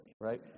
right